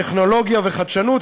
טכנולוגיה וחדשנות,